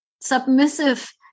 submissive